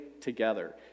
together